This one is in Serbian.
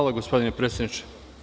Hvala gospodine predsedniče.